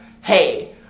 hey